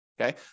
okay